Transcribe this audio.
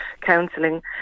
counselling